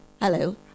hello